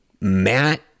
Matt